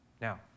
Now